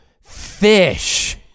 fish